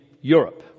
Europe